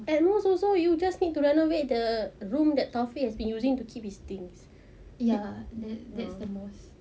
ya that that's the most